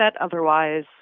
otherwise